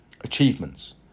achievements